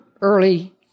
early